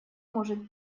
может